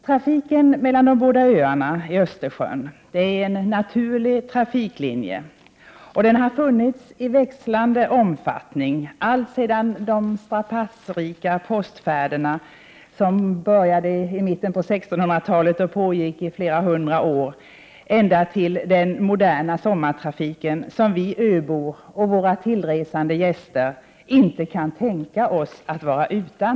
Trafiken mellan de båda öarna i Östersjön är en naturlig trafiklinje som har funnits i växlande omfattning alltsedan de strapatsrika postfärderna, som började i mitten av 1600-talet och pågick i flera hundra år fram till den moderna sommartrafiken, som vi öbor och våra tillresande gäster inte kan tänka oss att vara utan.